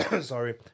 Sorry